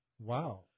wow